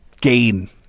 gain